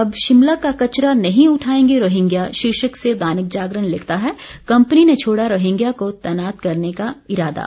अब शिमला का कचरा नहीं उठायेंगे रोहिंग्या शीर्षक से दैनिक जागरण लिखता है कंपनी ने छोड़ा रोहिंग्या को तैनात करने का इरादा